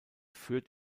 führt